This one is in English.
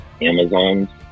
Amazon